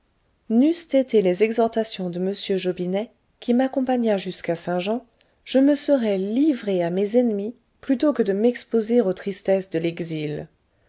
n'eussent été les exhortations de m jobinet qui m'accompagna jusqu'à saint-jean je me serais livré à mes ennemis plutôt que de m'exposer aux tristesses de l'exil